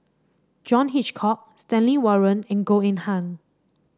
John Hitchcock Stanley Warren and Goh Eng Han